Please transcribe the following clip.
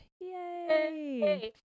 Yay